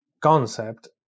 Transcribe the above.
concept